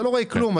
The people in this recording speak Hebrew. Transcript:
אתה לא רואה כלום.